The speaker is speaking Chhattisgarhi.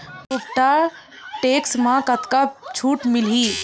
कुबटा टेक्टर म कतका छूट मिलही?